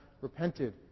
repented